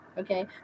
Okay